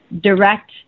direct